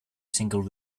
single